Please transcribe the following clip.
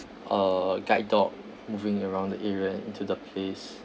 a guide dog moving around the area and to the place